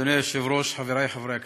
אדוני היושב-ראש, חברי חברי הכנסת,